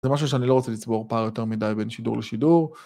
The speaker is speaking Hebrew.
זה משהו שאני לא רוצה לצבור פער יותר מדי בין שידור לשידור.